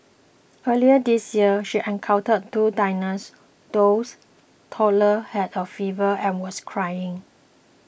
earlier this year she encountered two diners those toddler had a fever and was crying